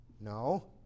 No